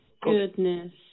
goodness